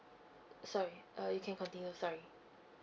sorry uh you can continue sorry